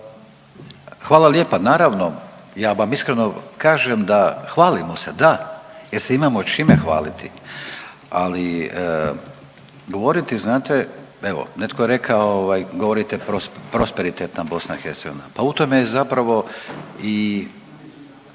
Hvala lijepa. Naravno ja vam iskreno kažem da hvalimo se da jer se imamo čime hvaliti, ali govoriti znate evo netko je rekao govorite prosperitetna BiH, pa u tome je zapravo i